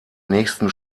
nächsten